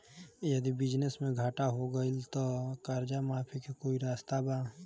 यदि बिजनेस मे घाटा हो गएल त कर्जा माफी के कोई रास्ता बा?